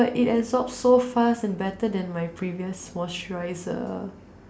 but it absorbs so fast and better than my previous moisturizer